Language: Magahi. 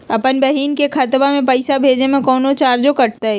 अपन बहिन के खतवा में पैसा भेजे में कौनो चार्जो कटतई?